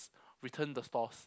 return the stores